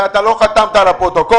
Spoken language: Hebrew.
ואתה לא חתמת על הפרוטוקול.